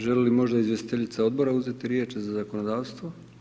Želi li možda izvjestiteljica Odbora uzeti riječ za zakonodavstvo?